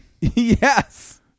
Yes